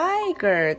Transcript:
Tiger